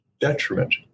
detriment